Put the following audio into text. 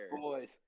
Boys